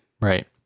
right